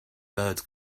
birds